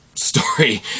Story